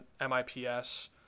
mips